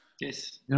Yes